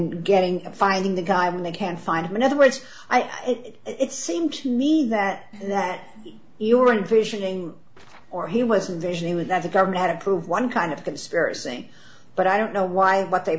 getting and finding the guy when they can't find him in other words i think it seems to me that that you were in visioning or he wasn't vision was that the government had approved one kind of conspiracy but i don't know why what they